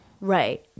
Right